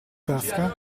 tasca